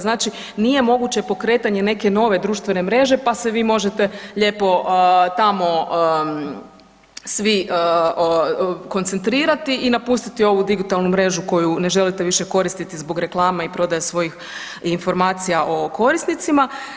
Znači nije moguće pokretanje neke nove društvene mreže pa se vi možete lijepo tamo svi koncentrirati i napustiti ovu digitalnu mrežu koju ne želite više koristiti zbog reklama i prodaje svojih informacija o korisnicima.